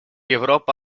европы